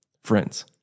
friends